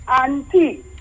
anti